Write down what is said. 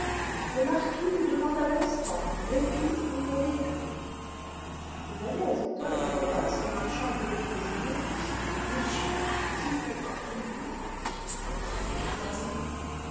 le marquis vous demande à l'instant vêtu ou non vêtu le valet ajouta à voix basse en marchant à côté de julien m le marquis est hors de lui prenez garde à vous